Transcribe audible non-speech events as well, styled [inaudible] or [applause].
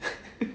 [laughs]